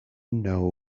know